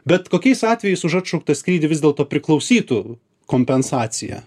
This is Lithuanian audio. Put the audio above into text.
bet kokiais atvejais už atšauktą skrydį vis dėlto priklausytų kompensacija